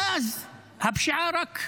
מאז, הפשיעה רק גואה.